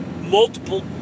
multiple